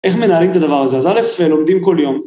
איך מנהלים את הדבר הזה? אז א' לומדים כל יום.